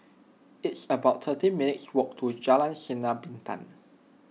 it's about thirty minutes' walk to Jalan Sinar Bintang